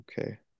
okay